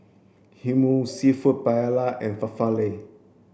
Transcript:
Hummus Seafood Paella and Falafel